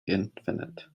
infinite